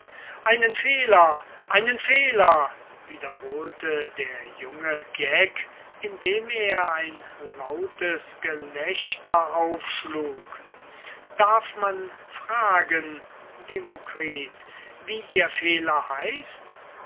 einen fehler einen fehler wiederholte der junge geck indem er ein lautes gelächter aufschlug darf man fragen demokritus wie ihr fehler